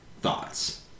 thoughts